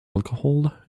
alcohol